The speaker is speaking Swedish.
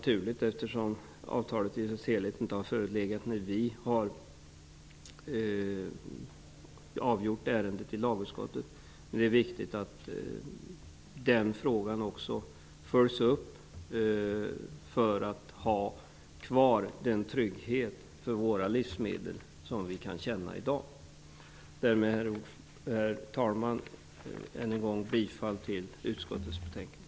Det är naturligt, eftersom avtalet i dess helhet inte har förelegat när vi i lagutskottet har behandlat ärendet. Men det är viktigt att också den frågan följs upp, så att vi har kvar den trygghet för våra livsmedel som vi i dag kan känna. Herr talman! Därmed yrkar jag än en gång bifall till utskottets hemställan.